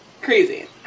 Crazy